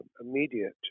immediate